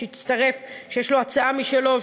שיש לו הצעה משלו,